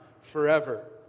forever